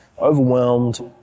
overwhelmed